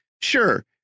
sure